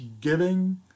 giving